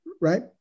right